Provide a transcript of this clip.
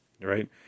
right